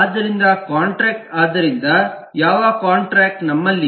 ಆದ್ದರಿಂದ ಕಾಂಟ್ರಾಕ್ಟ್ ಆದ್ದರಿಂದ ಯಾವ ಕಾಂಟ್ರಾಕ್ಟ್ contractನಮ್ಮಲ್ಲಿದೆ